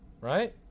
right